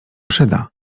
przyda